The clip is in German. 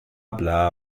bla